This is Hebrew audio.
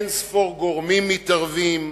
ואין-ספור גורמים מתערבים.